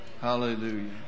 hallelujah